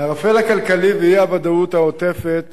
הערפל הכלכלי ואי-הוודאות העוטפת